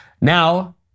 Now